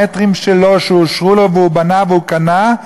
במטרים שלו שאושרו לו והוא בנה והוא קנה,